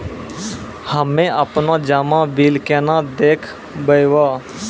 हम्मे आपनौ जमा बिल केना देखबैओ?